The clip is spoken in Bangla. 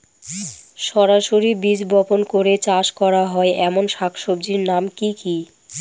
সরাসরি বীজ বপন করে চাষ করা হয় এমন শাকসবজির নাম কি কী?